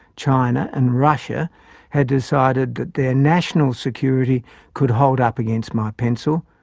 china and russia had decided that their national security could hold up against my pencil,